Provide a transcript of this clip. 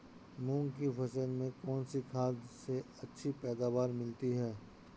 मूंग की फसल में कौनसी खाद से अच्छी पैदावार मिलती है?